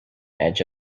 edge